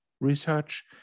research